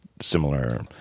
similar